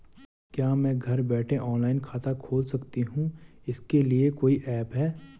क्या मैं घर बैठे ऑनलाइन खाता खोल सकती हूँ इसके लिए कोई ऐप है?